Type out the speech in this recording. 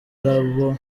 aribo